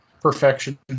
perfection